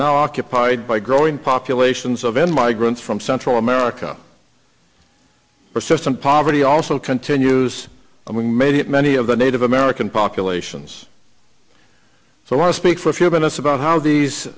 now occupied by growing populations of n migrants from central america persistent poverty also continues among many many of the native american populations so i want to speak for a few minutes about how these